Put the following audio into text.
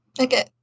Okay